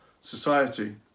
society